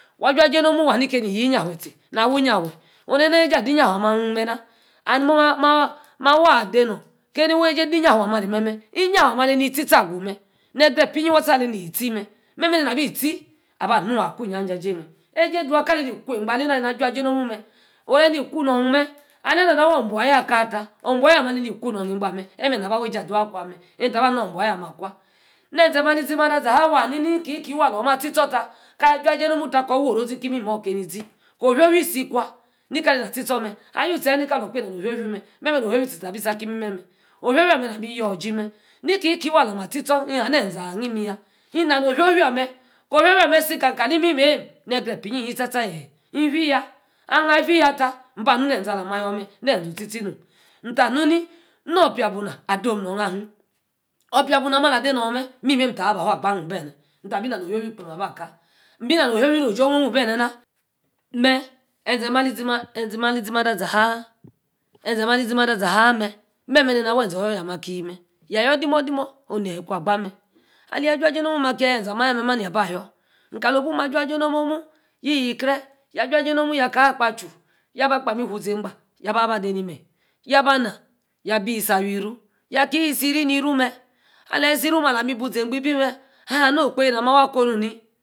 Waah aj́i-aj́íe nomu. waa hanī kenī keni yei-īgbafe tīe. na awi. iyafe. oh nena awi ejie adi igbafe. ameme. ma waa. ade-nom. kaney wey jie dé igbfe ame nom. iyafe. ameh. aleni. itie-tíe agu meh. negre-pa. iyie. waa. alení. etīe meh. memeh na bi. tie. na-ba anu. akwa. ījā-j̀ie īj̄a jīe meh. ej̄īe daw kane-ni kwo egba. alana aju jie omu meh ora aneni iku-nor meh. alema. nena awor. obuyaa akwa tah. obuyaa ameh. alení ikuno emeh na ba wey j́e adaw meh kpeem akwa neȝe. mali-iȝemada. iyie-haa. ní-kiē-kiiey waa. alor mah atie-tsor tah ka. aju-eji nomu-mu-tah. woroȝi. ki imimoh keni-ȝi. ko-ofio-fie si kwa ni ka nem. atie tson meh. ayu-tiē yah. níka. lor kpa ina-no-ofiofie. tīe-tīe akí-ímímeh meh ofiō-fie ameh. nami iỳor igee meh. niki-keyi wa alami. atí-stor. meh ayu-tie yaa nn ka lamh kpa īna-no-ofī o-fīe meh. no-ofio-fie tie-tie. abi sa-aki imimeh-meh. ofio-fie ameh namí íyor-ji meh. nīkie-kie waa. alama. atíe tsor nhaa. neȝe anemyaa. ki-na no-ofioo-fie ameh ko-oro. amah si dekalimimem ne-grek-epa. iyíe-yi tsa-tsa. yeeh. nn-fie-yaa. ahaa. fíe yah. tah aȝi. neȝe. alamah ayor meh. no-otietie nom nn-ka nu-ni. nor-opiabuna adom-non ahim. opiabuna ameh. alah. adeno meh. īmímem. tah ba gba hímn beueh. nta bi na-no-ofio-fie. kpem. akah. nem bi na ofio-fie oji omu. beneh na. meh eȝe mali-ezemada eȝemelíȝí-mada zahah. meh meme nemah. awee-eȝe. oyo-yon ama aki meh. yaa yor demomoh. oh neyeh. íkwa. agba. meh. alyí. aj́u-jie nomu. akia. aye-eȝe amah. yah meh neyí aba ayor ami-ka-li. biem aja jie. nomu yíe-krieh. aja-jie onomu. yaka. awa akpo. achu. yaa. ba akpo ameh abi. whoo. ze-gba. ya-ba. aba. de nímeryi yaba. anah. ya-bi. isi awi-ru. yakí. siri-yie-ru meh. leyeh. siru. meh. alami buu. zeA-gba omeh. ahaa. no-okpo eeh nami mah. ako-onuni